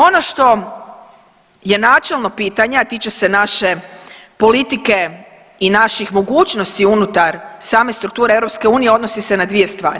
Ono što je načelno pitanje a tiče se naše politike i naših mogućnosti unutar same strukture EU, odnosi se na dvije stvari.